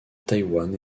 taïwan